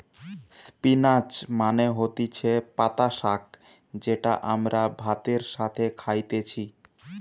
spinach মানে হতিছে পাতা শাক যেটা আমরা ভাতের সাথে খাইতেছি